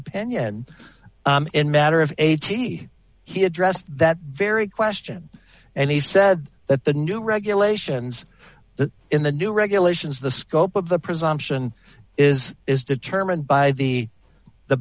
opinion in matter of eighty he addressed that very question and he said that the new regulations in the new regulations the scope of the presumption is is determined by the the